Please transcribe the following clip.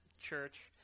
church